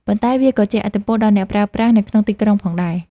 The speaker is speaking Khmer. ប៉ុន្តែវាក៏ជះឥទ្ធិពលដល់អ្នកប្រើប្រាស់នៅក្នុងទីក្រុងផងដែរ។